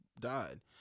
died